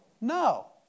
No